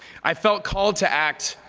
i felt called to act,